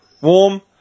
warm